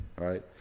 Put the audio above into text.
right